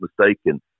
mistaken